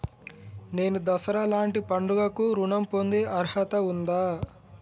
నేను దసరా లాంటి పండుగ కు ఋణం పొందే అర్హత ఉందా?